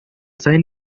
sign